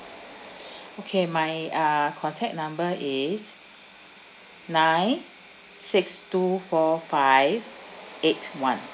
okay my uh contact number is nine six two four five eight one